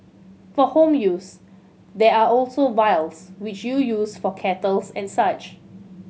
for home use there are also vials which you use for kettles and such